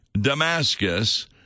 Damascus